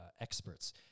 experts